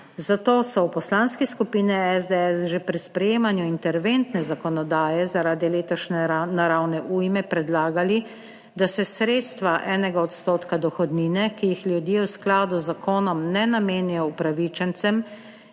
Zato so v Poslanski skupini SDS že pri sprejemanju interventne zakonodaje, zaradi letošnje naravne ujme predlagali, da se sredstva enega odstotka dohodnine, ki jih ljudje v skladu z zakonom ne namenijo upravičencem